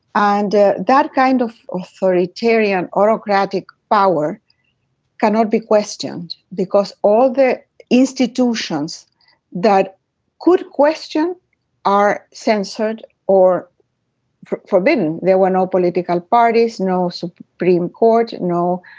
and that kind of authoritarian, autocratic power cannot be questioned because all the institutions that could question are censored or forbidden. there were no political parties, no so supreme court, no.